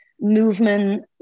movement